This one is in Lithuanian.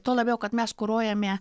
tuo labiau kad mes kuruojame